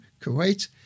Kuwait